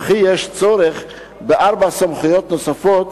וכי יש צורך בארבע סמכויות נוספות,